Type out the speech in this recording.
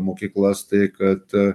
mokyklas tai kad